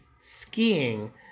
skiing